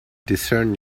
discern